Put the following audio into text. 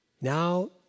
now